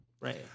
Right